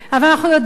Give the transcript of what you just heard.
אבל אנחנו יודעים,